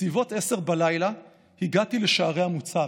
בסביבות 22:00 הגעתי לשערי המוצב.